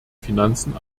finanzen